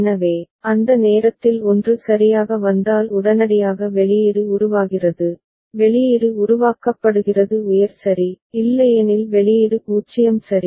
எனவே அந்த நேரத்தில் 1 சரியாக வந்தால் உடனடியாக வெளியீடு உருவாகிறது வெளியீடு உருவாக்கப்படுகிறது உயர் சரி இல்லையெனில் வெளியீடு 0 சரி